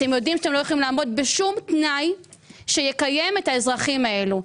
אתם יודעים שאתם לא יכולים לעמוד בשום תנאי שיקיים את האזרחים הללו.